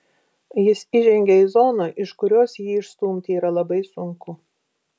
jis įžengia į zoną iš kurios jį išstumti yra labai sunku